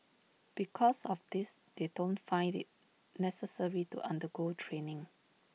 because of this they don't find IT necessary to undergo training